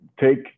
take